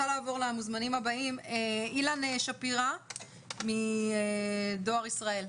אילן שפירא מדואר ישראל.